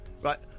Right